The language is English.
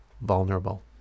vulnerable